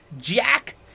Jack